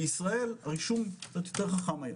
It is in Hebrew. בישראל רישום יותר חכם היה.